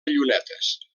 llunetes